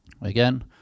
again